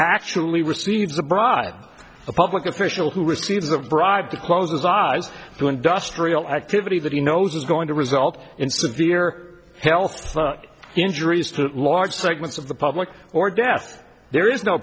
actually receives a bribe a public official who receives a bribe to close his eyes to industrial activity that he knows is going to result in severe health injuries to large segments of the public or death there is no